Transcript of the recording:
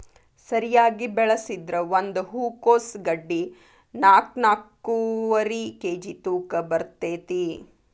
ಸರಿಯಾಗಿ ಬೆಳಸಿದ್ರ ಒಂದ ಹೂಕೋಸ್ ಗಡ್ಡಿ ನಾಕ್ನಾಕ್ಕುವರಿ ಕೇಜಿ ತೂಕ ಬರ್ತೈತಿ